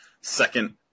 second